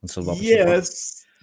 Yes